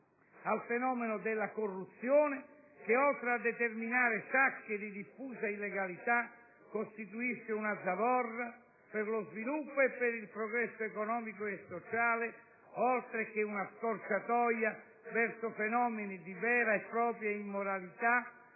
al fenomeno della corruzione che, oltre a determinare sacche di diffusa illegalità, costituisce una zavorra per lo sviluppo e il progresso economico e sociale, oltre che una scorciatoia verso fenomeni di vera e propria immoralità